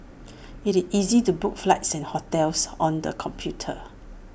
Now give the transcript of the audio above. IT easy to book flights and hotels on the computer